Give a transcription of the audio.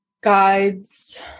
guides